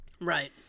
right